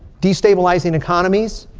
destabilizing economies.